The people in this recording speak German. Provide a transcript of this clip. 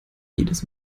jedes